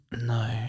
no